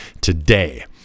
today